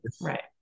right